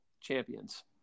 champions